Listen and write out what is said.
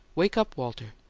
wake up, walter!